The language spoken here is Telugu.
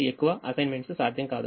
ఎక్కువ అసైన్మెంట్స్ సాధ్యం కాదు